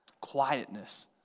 quietness